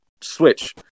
switch